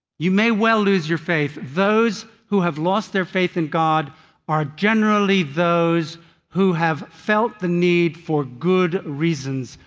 you may well lose you faith. those who have lost their faith in god are generally those who have felt the need for good reasons,